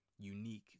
unique